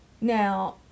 Now